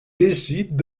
décident